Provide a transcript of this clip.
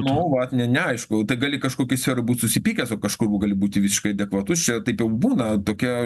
nu vat ne neaišku gali kažkokį ser būt susipykęs su kažkur o gali būti visiškai adekvatus čia taip jau būna tokia